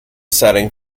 setting